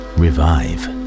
revive